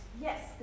yes